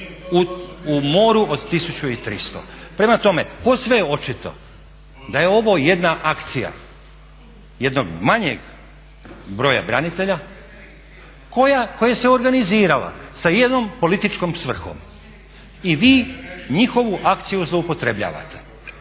U moru od 1300. Prema tome, posve je očito da je ovo jedna akcija, jednog manjeg broja branitelja koja se organizirala s jednom političkom svrhom i vi njihovu akciju zloupotrjebljavate.